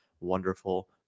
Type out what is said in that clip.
wonderful